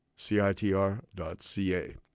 CITR.ca